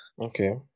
Okay